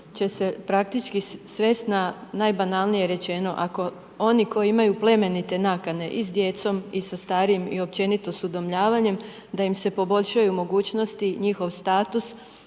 će se praktički svesti, na najbanalnije rečeno, ako oni koji imaju plemenite nakane i sa djecom i sa starijem i sa općenito sa udomljavanjem, da im se poboljšaju mogućnosti, njihov status